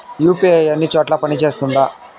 UPI అన్ని చోట్ల పని సేస్తుందా?